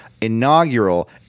inaugural